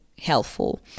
helpful